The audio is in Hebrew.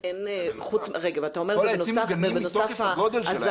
כל העצים מוגנים מתוקף הגודל שלהם.